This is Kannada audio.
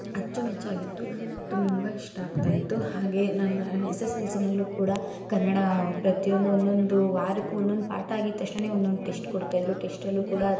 ಅಚ್ಚು ಮೆಚ್ಚಾಗಿತ್ತು ತುಂಬ ಇಷ್ಟ ಆಗ್ತಾಯಿತ್ತು ಹಾಗೆಯೇ ನನ್ನ ಎಸ್ ಎಸ್ ಎಲ್ ಸಿಯಲ್ಲೂ ಕೂಡ ಕನ್ನಡ ಪ್ರತಿಯೊಂದು ಒಂದೊಂದು ವಾರಕ್ಕೂ ಒಂದೊಂದು ಪಾಠ ಆಗಿದ್ದ ತಕ್ಷಣನೇ ಒಂದೊಂದು ಟೆಸ್ಟ್ ಕೊಡ್ತಾಯಿದ್ರು ಟೆಸ್ಟ್ ಅಲ್ಲಿಯೂ ಕೂಡ